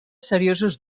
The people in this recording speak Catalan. seriosos